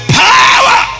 power